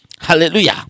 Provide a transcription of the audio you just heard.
Hallelujah